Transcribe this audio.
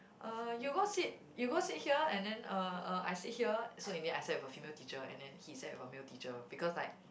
uh you go sit you go sit here and then uh uh I sit here so in the end I sat with a female teacher and then he sat with a male teacher because like